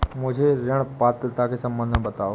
मुझे ऋण पात्रता के सम्बन्ध में बताओ?